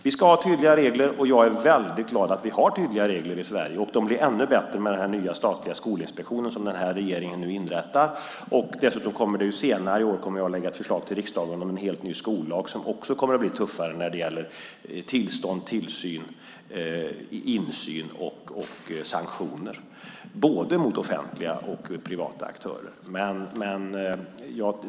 Vi ska ha tydliga regler, och jag är väldigt glad att vi har tydliga regler i Sverige. De blir ännu bättre med den nya statliga skolinspektionen som den här regeringen nu inrättar. Dessutom kommer jag senare i år att lägga fram ett förslag till riksdagen om en helt ny skollag som också kommer att bli tuffare när det gäller tillstånd, tillsyn, insyn och sanktioner, mot både offentliga och privata aktörer.